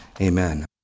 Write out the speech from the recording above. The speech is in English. amen